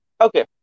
Okay